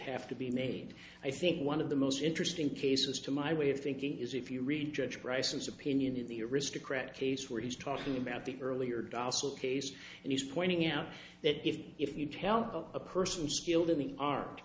have to be made i think one of the most interesting cases to my way of thinking is if you read judge bryson's opinion in the aristocratic case where he's talking about the earlier docile case and he's pointing out that if if you tell a person skilled in the